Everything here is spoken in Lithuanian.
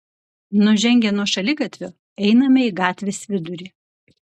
nužengę nuo šaligatvio einame į gatvės vidurį